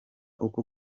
uko